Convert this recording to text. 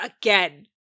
again